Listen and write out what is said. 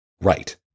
Right